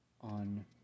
on